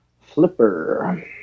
flipper